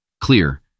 Clear